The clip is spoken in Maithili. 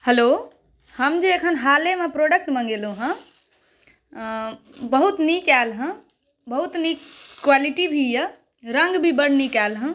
हैलो हम जे अखन हालेम प्रोडक्ट मंगेलहुँ हँ बहुत नीक आयल हँ शबहुत नीक क्वॉलिटी भी अछि रङ्ग भी बड नीक आयल हँ